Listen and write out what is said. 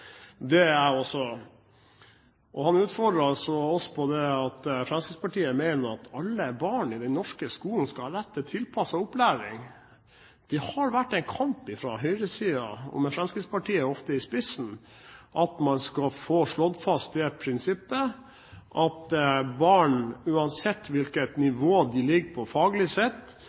Det er jeg også. Han utfordrer oss på at Fremskrittspartiet mener at alle barn i den norske skolen skal ha rett til tilpasset opplæring. Det har vært en kamp fra høyresiden, ofte med Fremskrittspartiet i spissen, om at man skal få slått fast det prinsippet at barn, uansett hvilket nivå de ligger på faglig sett,